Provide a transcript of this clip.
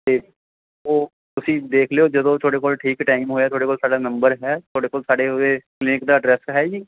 ਅਤੇ ਉਹ ਤੁਸੀਂ ਦੇਖ ਲਿਓ ਜਦੋਂ ਤੁਹਾਡੇ ਕੋਲ ਠੀਕ ਟਾਈਮ ਹੋਇਆ ਤੁਹਾਡੇ ਕੋਲ ਸਾਡਾ ਨੰਬਰ ਹੈ ਤੁਹਾਡੇ ਕੋਲ ਸਾਡੇ ਉਹਦੇ ਕਲੀਨਿਕ ਦਾ ਐਡਰੈਸ ਹੈ ਜੀ